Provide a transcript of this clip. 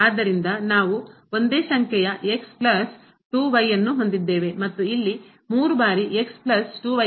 ಆದ್ದರಿಂದ ನಾವು ಒಂದೇ ಸಂಖ್ಯೆಯ ಪ್ಲಸ್ 2 ಮತ್ತು ಇಲ್ಲಿ 3 ಬಾರಿ ಪ್ಲಸ್ 2